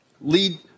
lead